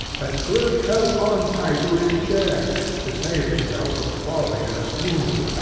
that scrooge held on tight to his chair, to save himself from falling in a swoon.